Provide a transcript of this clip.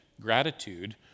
gratitude